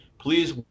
Please